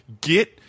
Get